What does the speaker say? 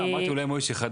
מאחר ונדחינו, שמע